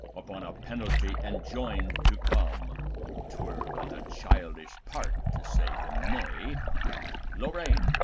upon a penalty, enjoined to come twere but a childish part to say him nay lorrain,